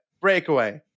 breakaway